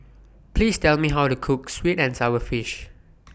Please Tell Me How to Cook Sweet and Sour Fish